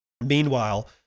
Meanwhile